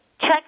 check